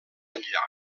enllà